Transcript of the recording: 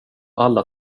alla